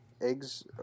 Eggs